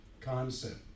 concept